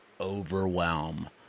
overwhelm